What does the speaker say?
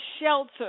shelter